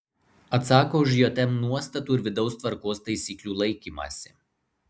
atsako už jm nuostatų ir vidaus tvarkos taisyklių laikymąsi